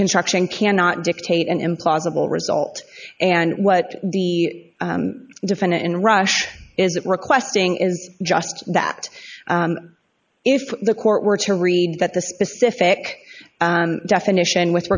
construction cannot dictate an implausible result and what the defendant in russia is requesting is just that if the court were to read that the specific definition with